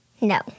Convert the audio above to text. No